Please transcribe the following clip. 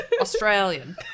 Australian